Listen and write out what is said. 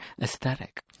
aesthetic